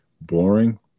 boring